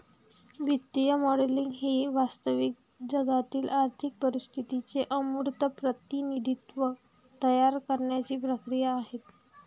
वित्तीय मॉडेलिंग ही वास्तविक जगातील आर्थिक परिस्थितीचे अमूर्त प्रतिनिधित्व तयार करण्याची क्रिया आहे